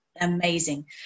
amazing